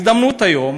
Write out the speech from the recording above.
יש הזדמנות היום